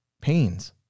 pains